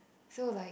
so like